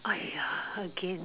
!aiya! again